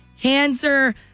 cancer